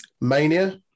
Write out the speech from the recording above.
Mania